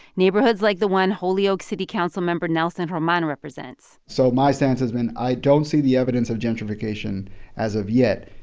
neighborhoods like the one holyoke city council member nelson roman represents so my stance has been i don't see the evidence of gentrification as of yet.